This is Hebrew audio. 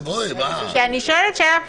אני שואלת שאלה פשוטה.